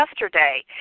yesterday